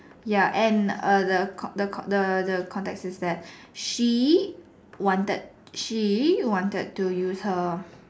ya and err the con~ the con~ the context is that she wanted she wanted to use her